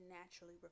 naturally